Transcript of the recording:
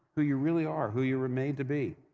who you really are, who you were made to be.